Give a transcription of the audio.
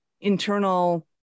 internal